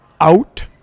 out